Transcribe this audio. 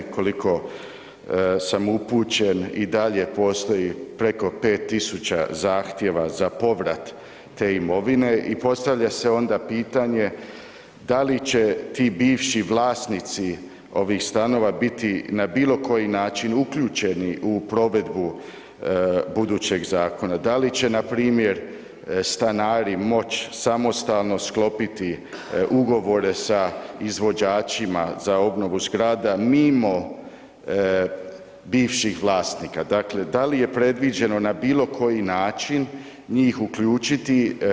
Koliko sam upućen i dalje postoji preko 5.000 zahtjeva za povrat te imovine i postavlja se onda pitanje da li će ti bivši vlasnici ovih stanova na bilo koji način uključeni u provedbu budućeg zakona, da li će npr. stanari moći samostalno sklopiti ugovore sa izvođačima za obnovu zgrada mimo bivših vlasnika, dakle da li je predviđeno na bilo koji način njih uključiti?